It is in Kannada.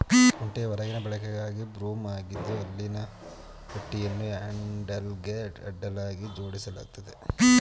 ಕುಂಟೆಯು ಹೊರಗಿನ ಬಳಕೆಗಾಗಿ ಬ್ರೂಮ್ ಆಗಿದ್ದು ಹಲ್ಲಿನ ಪಟ್ಟಿಯನ್ನು ಹ್ಯಾಂಡಲ್ಗೆ ಅಡ್ಡಲಾಗಿ ಜೋಡಿಸಲಾಗಯ್ತೆ